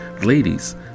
ladies